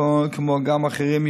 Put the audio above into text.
כמו גם אחרים,